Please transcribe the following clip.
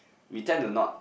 we tend to not